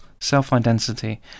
self-identity